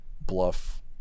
bluff